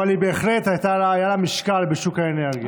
אבל בהחלט היה לה משקל בשוק האנרגיה.